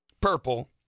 purple